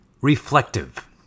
reflective